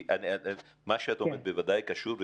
כי מה שאת אומרת בוודאי קשור.